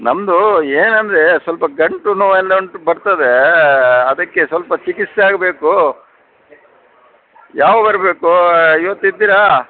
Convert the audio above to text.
ನಮ್ಮದು ಏನೆಂದ್ರೆ ಸ್ವಲ್ಪ ಗಂಟು ನೋವೆಲ್ಲ ಉಂಟು ಬರ್ತದೆ ಅದಕ್ಕೆ ಸ್ವಲ್ಪ ಚಿಕಿತ್ಸೆ ಆಗಬೇಕು ಯಾವಾಗ ಬರಬೇಕು ಇವತ್ತು ಇದ್ದೀರ